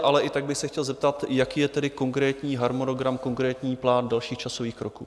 Ale i tak bych se chtěl zeptat, jaký je tedy konkrétní harmonogram, konkrétní plán dalších časových kroků?